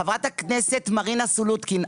חברת הכנסת מרינה סולוטקין,